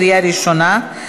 לקריאה ראשונה.